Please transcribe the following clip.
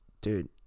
dude